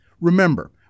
Remember